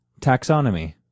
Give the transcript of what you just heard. Taxonomy